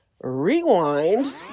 rewind